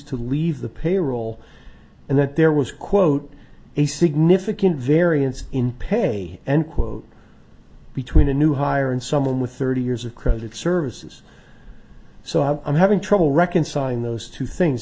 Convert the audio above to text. to leave the payroll and that there was quote a significant variance in pay and quote between a new hire and someone with thirty years of credit services so i'm having trouble reconciling those two things